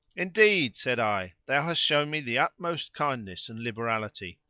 indeed, said i, thou hast shown me the utmost kindness and liberality.